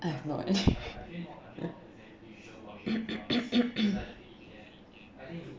I have not